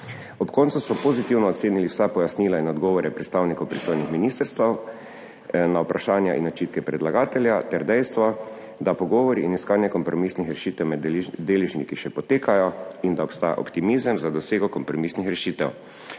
Ob koncu so pozitivno ocenili vsa pojasnila in odgovore predstavnikov pristojnih ministrstev na vprašanja in očitke predlagatelja ter dejstvo, da pogovori in iskanje kompromisnih rešitev med deležniki še potekajo, in da obstaja optimizem za dosego kompromisnih rešitev.